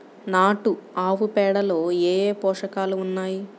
నాటు ఆవుపేడలో ఏ ఏ పోషకాలు ఉన్నాయి?